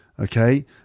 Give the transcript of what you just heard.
Okay